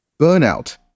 Burnout